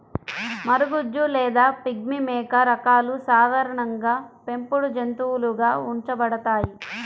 మరగుజ్జు లేదా పిగ్మీ మేక రకాలు సాధారణంగా పెంపుడు జంతువులుగా ఉంచబడతాయి